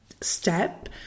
step